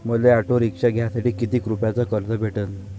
मले auto rickshaw घ्यासाठी कितीक रुपयाच कर्ज भेटनं?